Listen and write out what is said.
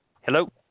Hello